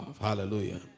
Hallelujah